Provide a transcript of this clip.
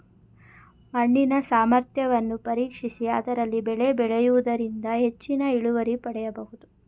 ಮಣ್ಣಿನ ಸಾಮರ್ಥ್ಯವನ್ನು ಪರೀಕ್ಷಿಸಿ ಅದರಲ್ಲಿ ಬೆಳೆ ಬೆಳೆಯೂದರಿಂದ ಹೆಚ್ಚಿನ ಇಳುವರಿ ಪಡೆಯಬೋದು